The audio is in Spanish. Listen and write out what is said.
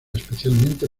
especialmente